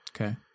Okay